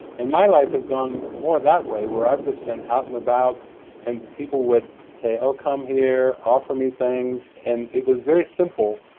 and my life has gone more that way, where i've just been out and about and people would say, oh come here, offer me things, and it was very simple.